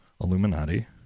Illuminati